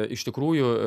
iš tikrųjų